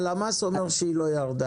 הלמ"ס אומר שהיא לא ירדה.